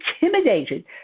intimidated